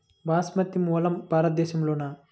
బాస్మతి మూలం భారతదేశంలోనా?